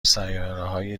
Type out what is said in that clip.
سیارههای